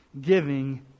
giving